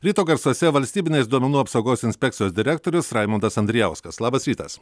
ryto garsuose valstybinės duomenų apsaugos inspekcijos direktorius raimondas andrijauskas labas rytas